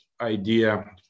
idea